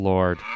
Lord